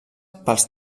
pels